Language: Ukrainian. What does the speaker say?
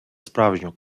справжню